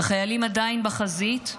החיילים עדיין בחזית,